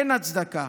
אין הצדקה